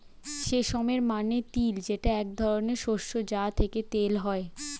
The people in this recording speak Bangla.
সেসমে মানে তিল যেটা এক ধরনের শস্য যা থেকে তেল হয়